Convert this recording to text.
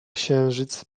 księżyc